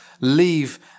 leave